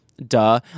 duh